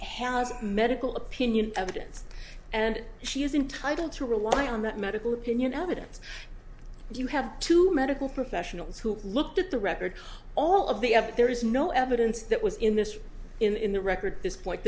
has medical opinion evidence and she is entitled to rely on that medical opinion evidence you have to medical professionals who looked at the record all of the up there is no evidence that was in this in the record at this point